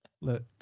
Look